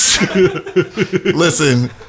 Listen